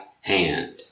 hand